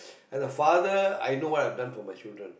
as a father I know what I've done for my children